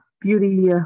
beauty